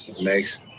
nice